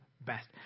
best